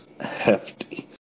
hefty